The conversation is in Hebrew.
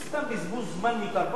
וזה סתם בזבוז זמן מיותר.